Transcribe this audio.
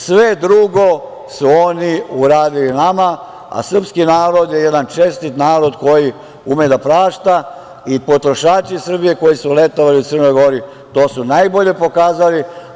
Sve drugo su oni uradili nama, a srpski narod je jedan čestiti narod koji ume da prašta i potrošači Srbije koji su letovali u Crnoj Gori to su najbolje pokazali.